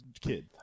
kid